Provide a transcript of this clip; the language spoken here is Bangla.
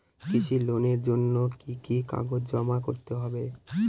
কৃষি লোনের জন্য কি কি কাগজ জমা করতে হবে?